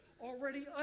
already